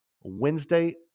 Wednesday